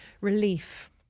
Relief